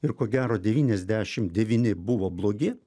ir ko gero devyniasdešim devyni buvo blogi